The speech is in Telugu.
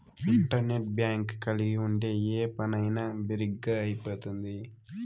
ఇంటర్నెట్ బ్యాంక్ కలిగి ఉంటే ఏ పనైనా బిరిగ్గా అయిపోతుంది